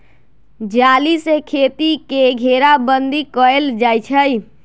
जाली से खेती के घेराबन्दी कएल जाइ छइ